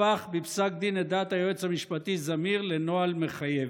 הפך בפסק דין את דעת היועץ המשפטי זמיר לנוהל מחייב.